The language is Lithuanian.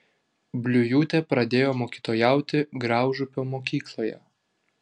bliujūtė pradėjo mokytojauti graužupio mokykloje